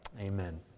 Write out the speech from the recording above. Amen